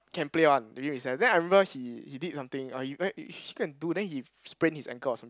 can play one during recess then I remember he he did something or you oh eh he go and do then he sprain his ankle or something